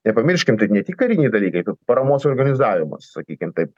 nepamirškim kad ne tik kariniai dalykai kaip paramos organizavimas sakykim taip